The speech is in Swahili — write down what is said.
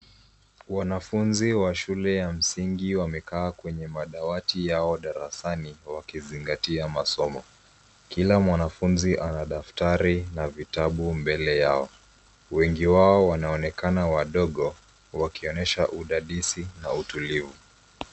Wanafunzi wa shule ya msingi wamekaa kwenye amadawati yao darasani wakizingatia masomo. Kila mwanafunzi ana daftari na vitabu mbele yao. Wengi wao wanaonekana wadogo, wakionyesha udadisi na utulivu.